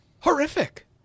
horrific